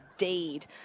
indeed